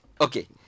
Okay